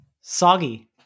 soggy